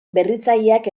berritzaileak